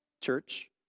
church